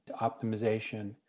optimization